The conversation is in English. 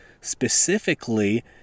specifically